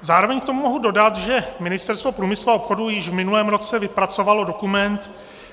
Zároveň k tomu mohu dodat, že Ministerstvo průmyslu a obchodu již v minulém roce vypracovalo dokument,